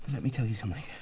let me tell you something.